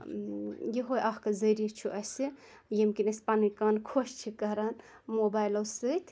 یوٚہے اَکھ ذرۍیعہِ چھُ اَسہِ ییٚمہِ کِن أسۍ پنٕںۍ کَن خۄش چھِ کَران موبایِلَو سۭتۍ